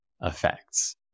effects